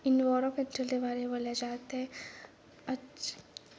इन्ना हारा कठुआ दे बारे च बोल्लेआ जा करदा ऐ